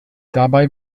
dabei